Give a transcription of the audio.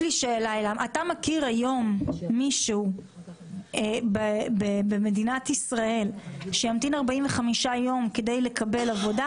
אתה מכיר היום מישהו במדינת ישראל שימתין 45 יום כדי לקבל עבודה,